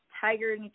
Tiger